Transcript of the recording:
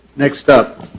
next up,